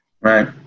Right